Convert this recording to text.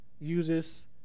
uses